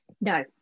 No